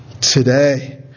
today